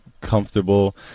comfortable